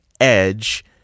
edge